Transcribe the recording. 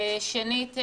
שנית,